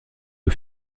aux